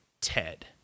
Ted